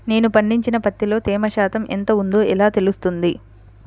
నేను పండించిన పత్తిలో తేమ శాతం ఎంత ఉందో ఎలా తెలుస్తుంది?